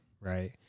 right